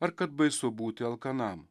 ar kad baisu būti alkanam